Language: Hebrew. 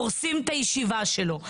הורסים את הישיבה שלו.